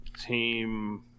team